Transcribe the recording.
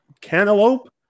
cantaloupe